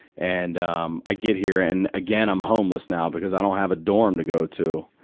and, um, i get here and again i'm homeless now because i don't have a dorm to go to.